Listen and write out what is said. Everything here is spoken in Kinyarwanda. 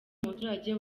umuturage